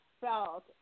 felt